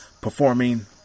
performing